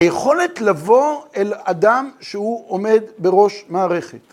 היכולת לבוא אל אדם שהוא עומד בראש מערכת.